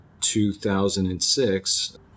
2006